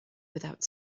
without